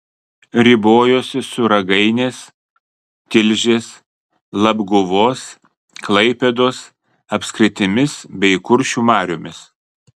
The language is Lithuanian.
ribojosi su ragainės tilžės labguvos klaipėdos apskritimis bei kuršių mariomis